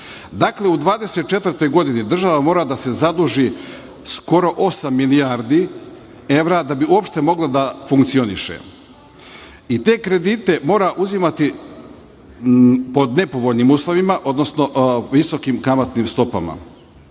evra. Dakle, u 2024. godini država mora da se zaduži skoro osam milijardi evra, da bi uopšte mogla da funkcioniše, i te kredite mora uzimati pod nepovoljnim uslovima, odnosno visokim kamatnim stopama.